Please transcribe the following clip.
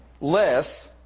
less